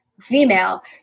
female